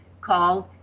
called